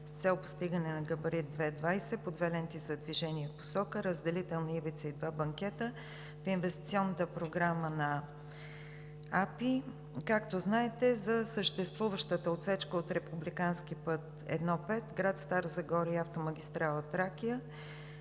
с цел постигане на габарит Г 20 по две ленти за движение в посока, разделителни ивици и два банкета. В Инвестиционната програма на АПИ, както знаете, за съществуващата отсечка от републикански път I-5 – град Стара Загора и автомагистрала „Тракия“,